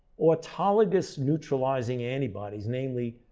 autologous neutralizing antibodies, namely,